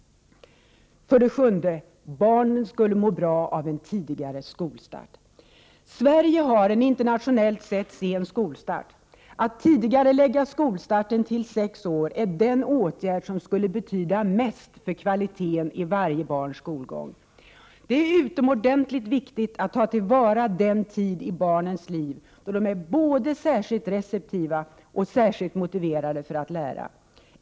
7. Barnen skulle må bra av en tidigare skolstart. Sverige har en internationellt sett sen skolstart. Att tidigarelägga skolstarten till 6 år är den åtgärd som skulle betyda mest för kvaliteten i varje barns skolgång. Det är utomordentligt viktigt att ta till vara den tid i barnens liv då de är både särskilt receptiva och särskilt motiverade för att lära.